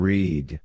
Read